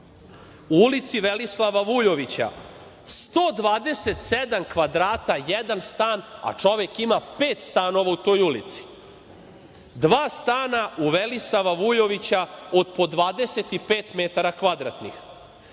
U ulici Velisava Vujovića 127 kvadrata, jedan stan, a čovek ima pet stanova u toj ulici. Dva stana u Velisava Vujovića od po 25 metara kvadratnih,